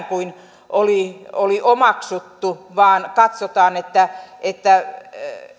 kuin oli oli omaksuttu vaan katsotaan että